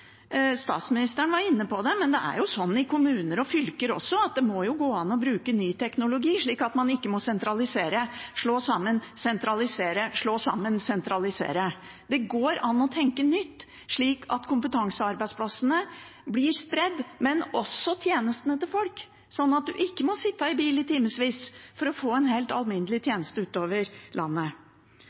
Statsministeren var inne på det, men det må gå an i kommuner og fylker også å bruke ny teknologi, slik at man ikke må sentralisere, slå sammen, sentralisere og slå sammen. Det går an å tenke nytt, slik at ikke bare kompetansearbeidsplassene, men også tjenestene til folk blir spredd, sånn at man ikke må sitte i bil i timevis for å få en helt alminnelig tjeneste.